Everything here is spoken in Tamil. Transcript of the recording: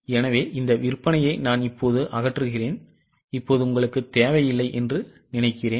எனவே இந்த விற்பனையை நான் அகற்றுவேன் இப்போது உங்களுக்கு தேவையில்லை என்று நினைக்கிறேன்